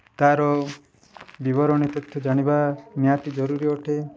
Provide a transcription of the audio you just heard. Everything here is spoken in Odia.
ତା'ର ବିବରଣୀ ତଥ୍ୟ ଜାଣିବା ନିହାତି ଜରୁରୀ ଅଟେ